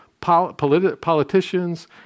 politicians